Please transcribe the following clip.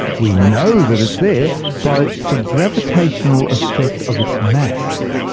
we know that it's there by the gravitational effect of its mass.